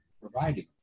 providing